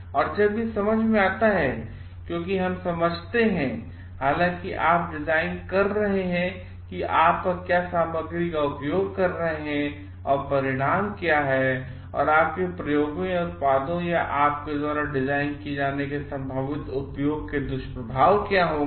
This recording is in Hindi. और जब यह समझ में आता है क्योंकि हम समझते हैं हालांकि आप यह डिजाइन कर रहे हैं कि आप क्या सामग्री का उपयोग कर रहे हैं और परिणाम क्या है और आपके प्रयोगों या उत्पादों या आपके द्वारा डिज़ाइन किए जाने के संभावित उपयोग के दुष्प्रभाव क्या होंगे